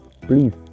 please